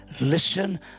listen